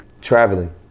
traveling